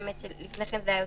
האמת היא שלפני כן זה היה יותר.